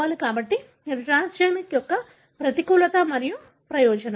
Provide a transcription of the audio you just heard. కాబట్టి ఇది ట్రాన్స్జెనిక్స్ యొక్క ప్రతికూలత మరియు ప్రయోజనం